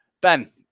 Ben